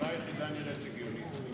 הסיבה היחידה נראית הגיונית.